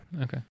Okay